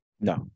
No